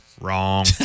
Wrong